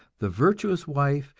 the virtuous wife,